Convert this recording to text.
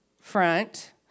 front